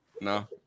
no